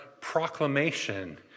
proclamation